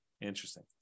interesting